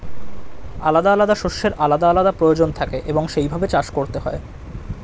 আলাদা আলাদা শস্যের আলাদা আলাদা প্রয়োজন থাকে এবং সেই ভাবে চাষ করতে হয়